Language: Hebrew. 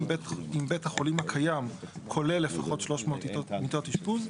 אם בית החולים הקיים כולל לפחות 300 מיטות אשפוז,